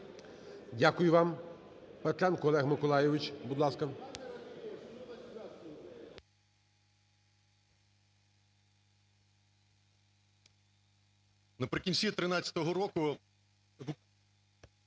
Дякую вам. Петренко Олег Миколайович,